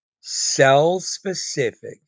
cell-specific